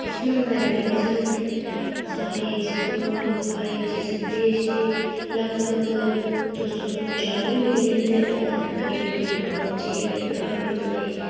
इस महामारी दी बजह् कन्नै सारे स्कूल कालेज देश दे लगभग दो सौ चाली मिलियन दे करीब करीब बच्चे जेह्ड़े प्रभावत होए